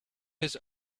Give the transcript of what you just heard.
his